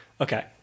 Okay